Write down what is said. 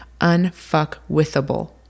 unfuckwithable